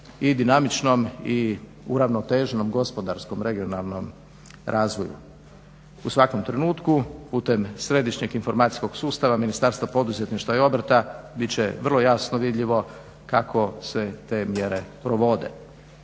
i dinamičnom i uravnoteženom gospodarskom regionalnom razvoju. U svakom trenutku putem središnjeg informacijskog sustava Ministarstva poduzetništva i obrta bit će vrlo jasno vidljivo kako se te mjere provode.